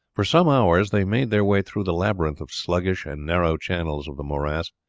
for some hours they made their way through the labyrinth of sluggish and narrow channels of the morass.